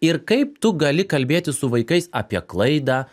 ir kaip tu gali kalbėti su vaikais apie klaidą